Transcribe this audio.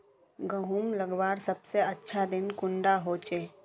गहुम लगवार सबसे अच्छा दिन कुंडा होचे?